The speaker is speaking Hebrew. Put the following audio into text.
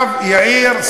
עכשיו יאיר,